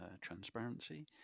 transparency